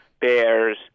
bears